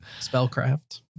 spellcraft